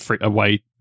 away